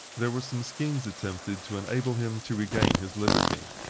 there were some schemes attempted to enable him to regain his liberty.